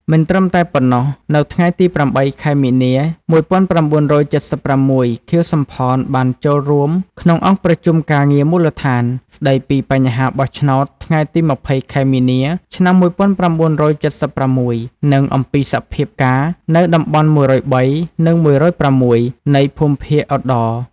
មិនត្រឹមតែប៉ុណ្ណោះនៅថ្ងៃទី ៨ ខែមីនា ១៩៧៦ ខៀវ សំផន បានចូលរួមក្នុងអង្គប្រជុំការងារមូលដ្ឋាន ស្តីពីបញ្ហាបោះឆ្នោតថ្ងៃទី ២០ ខែមីនា ឆ្នាំ ១៩៧៦ និងអំពីសភាពការណ៍នៅតំបន់ ១០៣ និង ១០៦ នៃភូមិភាគឧត្តរ ។